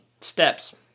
steps